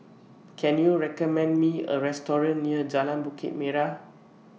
Can YOU recommend Me A Restaurant near Jalan Bukit Merah